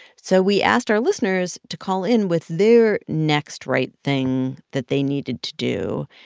so we asked our listeners to call in with their next right thing that they needed to do.